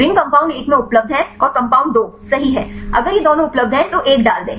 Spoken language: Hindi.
रिंग कंपाउंड एक में उपलब्ध है और कंपाउंड दो सही है अगर यह दोनों उपलब्ध है तो एक डाल दें